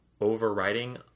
Overriding